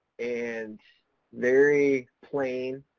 and very plain,